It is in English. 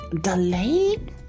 delayed